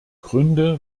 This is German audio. gründe